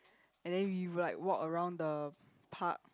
and then we like walk around the park